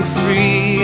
free